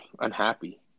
unhappy